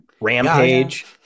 Rampage